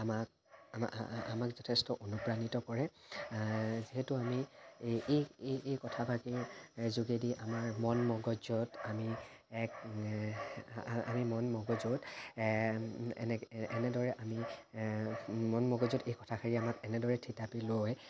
আমাক আমাক যথেষ্ট অনুপ্ৰাণিত কৰে সেইটো আমি এই কথাফাঁকিৰ যোগেদি আমি আমাৰ মন মগজুত আমি এক আমি মন মগজুত এনেদৰে আমি মন মগজত এই কথাষাৰিয়ে আমাক এনেদৰে থিতাপি লৈ